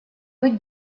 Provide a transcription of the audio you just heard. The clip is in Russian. быть